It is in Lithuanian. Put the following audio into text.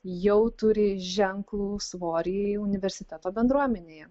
jau turi ženklų svorį universiteto bendruomenėje